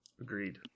Agreed